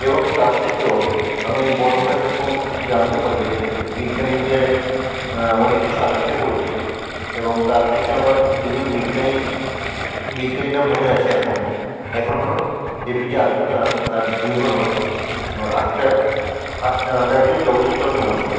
এবং তার থেকেও আমি বড় হয়ে যখন জানতে পারি যে বিজ্ঞানীদের অনেক কিছু আবিষ্কার করেছে এবং তার থেকে আমার দুজন বিজ্ঞানী বিজ্ঞানীর নাম মনে আছে এখন এখন এ পি জে আবদুল কালাম আর দুই হলো আচার্য জগদীশচন্দ্র বসু